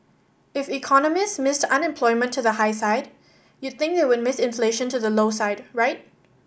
if economists missed unemployment to the high side you'd think they would miss inflation to the low side right